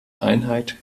einheit